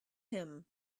him